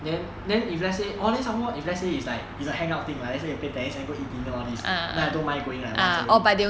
then then if let's say only some more if let's say it's like it's a hang out thing right then after play tennis then go and take dinner all these then I don't mind going like volunteering